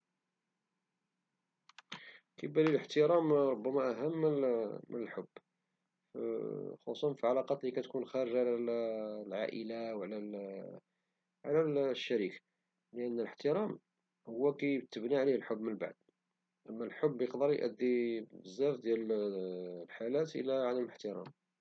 كيبان الاحترام أهم من الحب خصوصا في العلاقات لي كتكون خارجة على العائلة وعلى الشريك، لأن الاحترام هو لي كيتبنى عليه الحب من بعد، أما الحب يقدر يأدي في بزاف ديال الحالات لعدم الاحترام.